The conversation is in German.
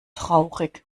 traurig